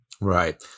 Right